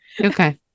okay